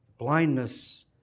Blindness